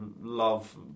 love